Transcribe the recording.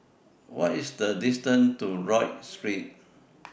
What IS The distance to Rodyk Street